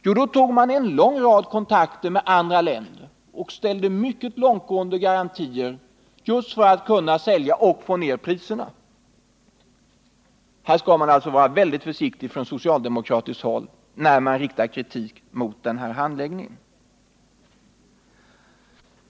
Jo, då tog man en lång rad kontakter med andra länder och ställde mycket långtgående garantier just för att kunna sälja och få ned priserna. Socialdemokraterna bör därför vara väldigt försiktiga med att rikta kritik mot den här handläggningen.